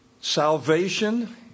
Salvation